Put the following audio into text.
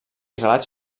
relats